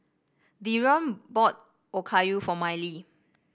Dereon bought Okayu for Miley